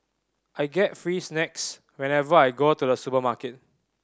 I get free snacks whenever I go to the supermarket